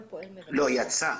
יצא.